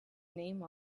name